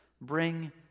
Bring